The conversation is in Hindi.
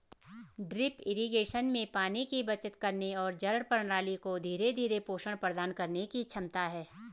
ड्रिप इरिगेशन में पानी की बचत करने और जड़ प्रणाली को धीरे धीरे पोषण प्रदान करने की क्षमता है